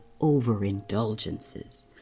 overindulgences